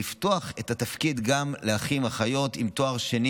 הוחלט לפתוח את התפקיד גם לאחים ואחיות עם תואר שני